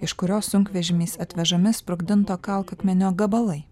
iš kurios sunkvežimiais atvežami sprogdinto kalkakmenio gabalai